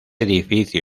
edificio